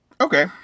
okay